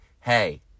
Hey